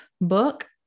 book